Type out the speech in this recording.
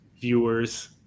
viewers